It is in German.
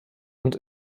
und